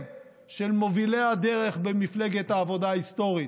של מובילי הדרך במפלגת העבודה ההיסטורית,